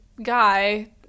guy